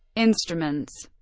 instruments